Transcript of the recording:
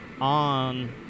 on